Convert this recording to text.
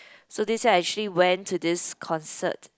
so this year I actually went to this concert